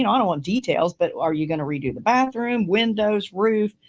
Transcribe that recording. and don't want details, but are you going to redo the bathroom, windows, roof,